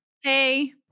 Hey